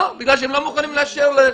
לא, בגלל שהם לא מוכנים לאשר להם.